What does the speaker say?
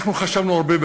אנחנו חשבנו הרבה,